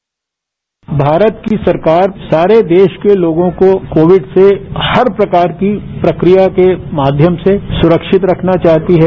bite Bharat की सरकार सारे देश के लोगों को कांविड से हर प्रकार की प्रकिया के माध्यम से सुरक्षित रखना चाहती है